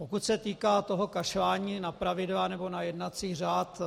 Pokud se týká toho kašlání na pravidla nebo na jednací řád...